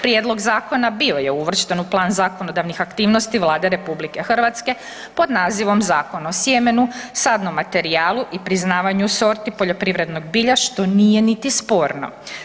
Prijedlog zakona bio je uvršten u plan zakonodavnih aktivnosti Vlade RH pod nazivom „Zakon o sjemenu, sadnom materijalu i priznavanju sorti poljoprivrednog bilja“ što nije niti sporno.